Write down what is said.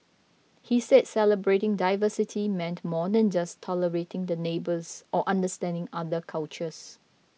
he said celebrating diversity meant more than just tolerating the neighbours or understanding other cultures